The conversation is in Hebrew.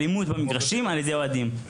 אלימות במגרשים על ידי אוהדים.